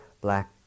black